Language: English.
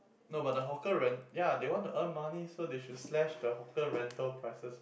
no but the hawker rent ya they want to earn money so they should slash the hawker rental prices